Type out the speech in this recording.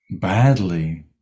badly